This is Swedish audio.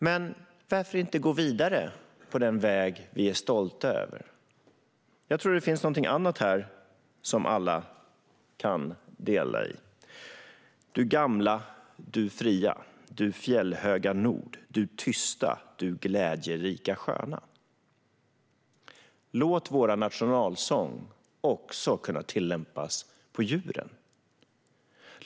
Men varför inte gå vidare på den väg vi är stolta över? Jag tror att det finns någonting annat här som alla kan dela, nämligen: Du gamla, Du fria, Du fjällhöga nord Du tysta, Du glädjerika sköna! Låt vår nationalsång kunna tillämpas även på djuren!